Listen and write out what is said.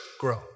grow